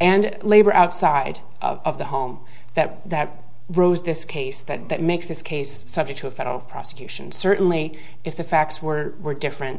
and labor outside of the home that that rose this case that that makes this case subject to a federal prosecution certainly if the facts were were different